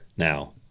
Now